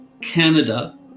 Canada